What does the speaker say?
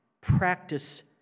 Practice